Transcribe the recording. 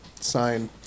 sign